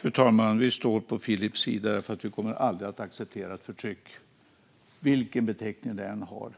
Fru talman! Vi står på Filips sida. Vi kommer aldrig att acceptera förtryck, vilken beteckning det än har.